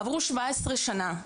עברו 17 שנה,